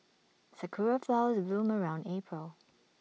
Sakura Flowers bloom around April